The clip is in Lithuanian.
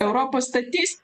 europa statys